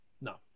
No